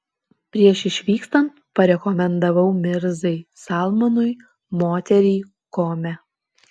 prieš išvykstant parekomendavau mirzai salmanui moterį kome